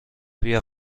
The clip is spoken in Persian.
بیا